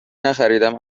نخریدم